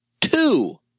two